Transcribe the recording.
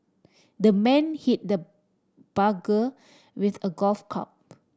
the man hit the with a golf